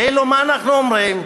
כאילו, מה אנחנו אומרים?